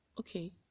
okay